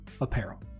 Apparel